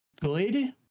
good